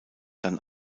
dann